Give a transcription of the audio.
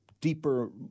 deeper